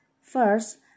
First